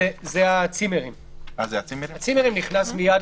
זה המצב שקורה מיום